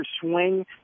swing